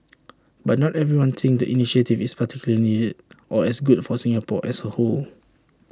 but not everyone thinks the initiative is particularly needed or as good for Singapore as A whole